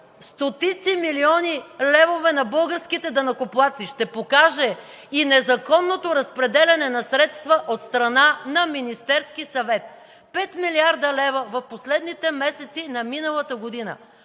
стотици милиони левове на българските данъкоплатци! Ще покаже и незаконното разпределяне на средства от страна на Министерския съвет – пет милиарда лева в последните месеци на миналата година!